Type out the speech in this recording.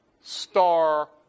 Star